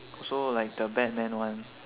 so like the batman one